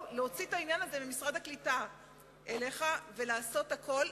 או להוציא את העניין הזה ממשרד הקליטה אליך ולעשות הכול.